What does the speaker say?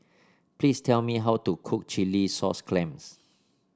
please tell me how to cook Chilli Sauce Clams